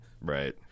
Right